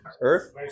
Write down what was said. Earth